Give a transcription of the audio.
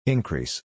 Increase